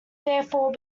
therefore